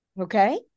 Okay